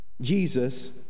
Jesus